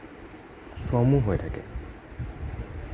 শ্ৰমো হৈ থাকে